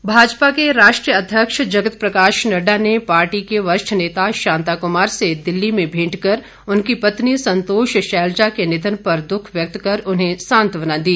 नडुडा भाजपा के राष्ट्रीय अध्यक्ष जगत प्रकाश नड़डा ने पार्टी के वरिष्ठ नेता शांता कुमार से दिल्ली में भेंटकर उनकी पत्नी संतोष शैलजा के निधन पर दुख व्यक्त कर उन्हें सांत्वना दी